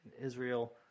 Israel